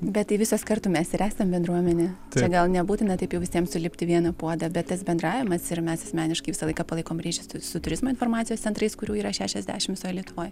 bet tai visos kartu mes ir esam bendruomenė čia gal nebūtina taip jau visiem sulipti į vieną puodą bet tas bendravimas ir mes asmeniškai visą laiką palaikom ryšius su turizmo informacijos centrais kurių yra šešiasdešim visoj lietuvoj